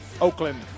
Oakland